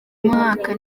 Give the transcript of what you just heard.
mwaka